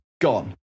gone